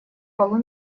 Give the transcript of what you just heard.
полу